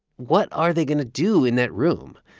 what are they going to do in that room?